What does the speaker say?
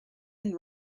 been